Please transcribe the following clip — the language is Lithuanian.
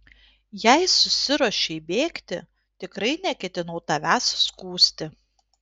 jei susiruošei bėgti tikrai neketinau tavęs skųsti